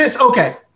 okay